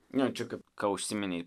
nu čia ką užsiminei